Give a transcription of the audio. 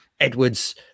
Edwards